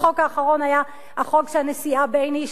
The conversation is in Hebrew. החוק האחרון היה החוק שהנשיאה בייניש,